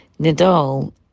Nadal